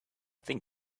think